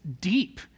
deep